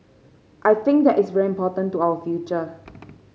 I think that is very important to our future